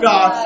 God